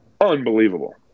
unbelievable